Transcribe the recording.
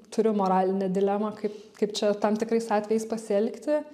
turiu moralinę dilemą kaip kaip čia tam tikrais atvejais pasielgti